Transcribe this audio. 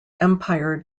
empire